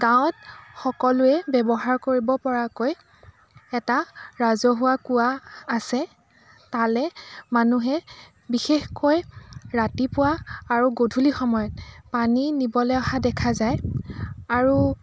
গাঁৱত সকলোৱে ব্যৱহাৰ কৰিব পৰাকৈ এটা ৰাজহুৱা কুঁৱা আছে তালৈ মানুহে বিশেষকৈ ৰাতিপুৱা আৰু গধূলি সময়ত পানী নিবলৈ অহা দেখা যায় আৰু